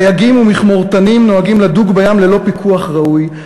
דייגים ומכמורתנים נוהגים לדוג בים ללא פיקוח ראוי,